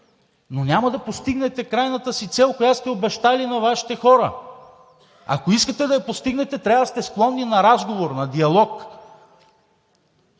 но няма да постигнете крайната си цел, която сте обещали на Вашите хора. Ако искате да я постигнете, трябва да сте склонни на разговор, на диалог.